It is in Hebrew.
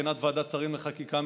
מבחינת ועדת שרים לחקיקה,